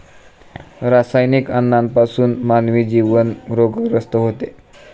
रासायनिक अन्नापासून मानवी जीवन रोगग्रस्त होते